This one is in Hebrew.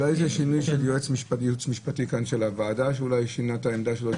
אולי זה שינוי של ייעוץ משפטי כאן של הוועדה שאולי שינה את העמדה שלו.